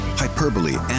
hyperbole